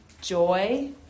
joy